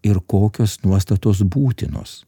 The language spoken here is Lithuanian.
ir kokios nuostatos būtinos